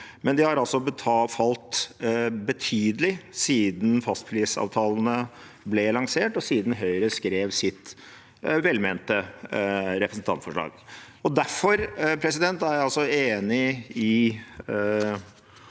har altså falt betydelig siden fastprisavtalene ble lansert, og siden Høyre skrev sitt velmente representantforslag. Derfor er jeg enig i